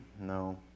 No